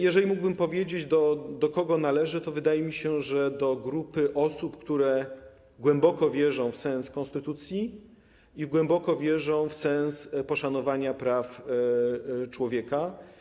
Jeżeli mógłbym powiedzieć, do kogo należę, to wydaje mi się, że do grupy osób, które głęboko wierzą w sens konstytucji i głęboko wierzą w sens poszanowania praw człowieka.